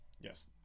Yes